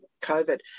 COVID